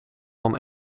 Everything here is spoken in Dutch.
van